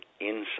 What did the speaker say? inside